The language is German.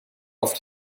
auf